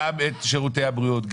גם את שירותי הבריאות,